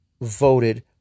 voted